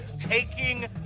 taking